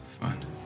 Fine